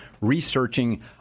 researching